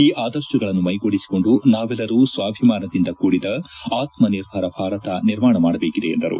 ಈ ಆದರ್ಶಗಳನ್ನು ಮೈಗೂಡಿಸಿಕೊಂಡು ನಾವೆಲ್ಲರೂ ಸ್ವಾಭಿಮಾನದಿಂದ ಕೂಡಿದ ಆತ್ಮ ನಿರ್ಭರ ಭಾರತ ನಿರ್ಮಾಣ ಮಾಡಬೇಕಿದೆ ಎಂದರು